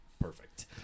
Perfect